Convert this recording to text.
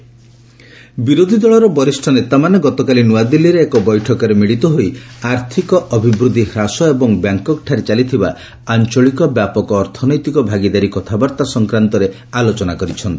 economic opposition ବିରୋଧୀ ଦଳର ବରିଷ୍ଠ ନେତାମାନେ ଗତକାଲି ନ୍ତଆଦିଲ୍ଲୀରେ ଏକ ବୈଠକରେ ମିଳିତ ହେଇ ଆର୍ଥିକ ଅଭିବୃଦ୍ଧି ହ୍ରାସ ଏବଂ ବ୍ୟାଙ୍କକ୍ଠାରେ ଚାଲିଥିବା ଆଞ୍ଚଳିକ ବ୍ୟାପକ ଅର୍ଥନୈତିକ ଭାଗିଦାରୀ କଥାବାର୍ତ୍ତା ସଂକ୍ରାନ୍ତରେ ଆଲୋଚନା କରିଛନ୍ତି